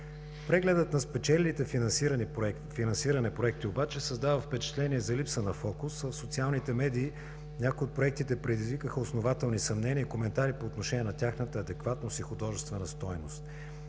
Прегледът на спечелилите финансиране проекти обаче създава впечатление за липса на фокус. В социалните медии някои от проектите предизвикаха основателни съмнения и коментари по отношение на тяхната адекватност и художествена стойност.